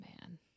man